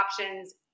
options